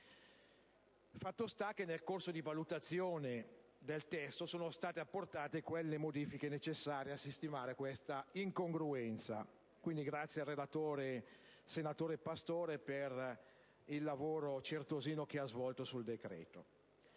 Fatto sta che in fase di valutazione del testo sono state apportate le modifiche necessarie a sistemare questa incongruenza. Ringrazio il relatore, senatore Pastore, per il lavoro certosino che ha svolto. Seconda